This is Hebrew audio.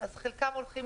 אז חלקם גונבים.